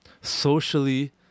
socially